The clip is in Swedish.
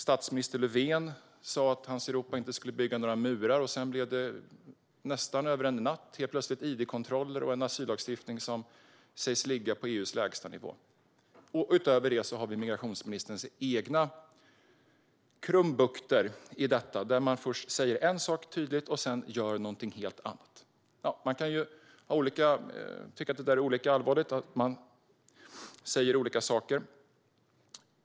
Statsminister Löfven sa att hans Europa inte skulle bygga några murar. Sedan blev det nästan över en natt id-kontroller och en asyllagstiftning som sägs ligga på EU:s lägsta nivå. Utöver det har vi migrationsministerns egna krumbukter i detta, där det först sas en sak tydligt och sedan görs någonting helt annat. Man kan tycka att det är olika allvarligt att man säger olika saker.